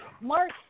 Mark